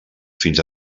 fins